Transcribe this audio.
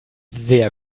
sehr